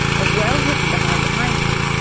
was well hidden behind a pine tree,